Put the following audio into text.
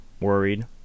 worried